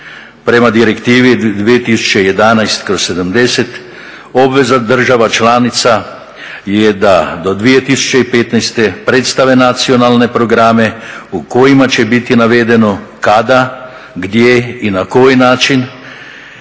Prema Direktivi 2011/70 obveza država članica je da do 2015.predstave nacionalne programe u kojima će biti navedeno kada, gdje i na koji način